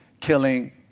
killing